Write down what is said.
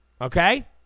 Okay